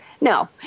no